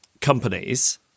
companies